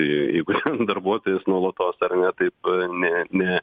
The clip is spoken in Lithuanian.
į jeigu ten darbuotojas nuolatos ar ne taip ne ne